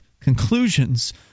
conclusions